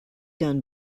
done